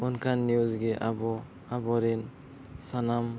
ᱚᱱᱠᱟᱱ ᱜᱮ ᱟᱵᱚ ᱟᱵᱚᱨᱮᱱ ᱥᱟᱱᱟᱢ